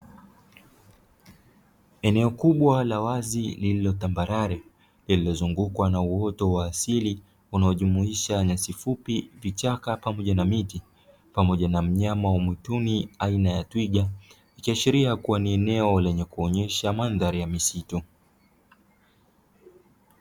Eneo kubwa la wazi lililo tambarare, lililozungukwa na uoto wa asili unaojumuisha nyasi fupi, vichaka pamoja na miti pamoja na mnyama wa mwituni aina ya twiga, ikiashiria kuwa ni eneo lenye kuonyesha mandhari ya misitu.